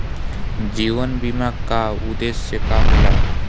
जीवन बीमा का उदेस्य का होला?